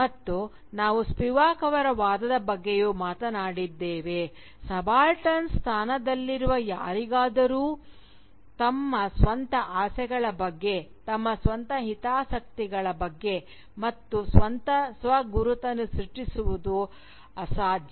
ಮತ್ತು ನಾವು ಸ್ಪಿವಾಕ್ ಅವರ ವಾದದ ಬಗ್ಗೆಯೂ ಮಾತನಾಡಿದ್ದೇವೆ ಸಬಾಲ್ಟರ್ನ ಸ್ಥಾನದಲ್ಲಿರುವ ಯಾರಿಗಾದರೂ ತಮ್ಮ ಸ್ವಂತ ಆಸೆಗಳ ಬಗ್ಗೆ ತಮ್ಮ ಸ್ವಂತ ಹಿತಾಸಕ್ತಿಗಳ ಬಗ್ಗೆ ಮತ್ತು ಸ್ವಂತ ಸ್ವ ಗುರುತನ್ನು ಸೃಷ್ಟಿಸುವುದು ಅಸಾಧ್ಯ